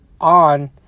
on